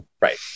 Right